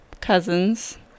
cousins